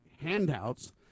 handouts